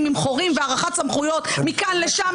עם חורים והארכת סמכויות מכאן לשם,